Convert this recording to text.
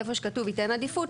איפה שכתוב ייתן עדיפות,